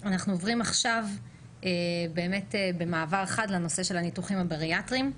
עכשיו אנחנו עוברים במעבר חד לנושא של הניתוחים הבריאטריים.